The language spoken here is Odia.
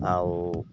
ଆଉ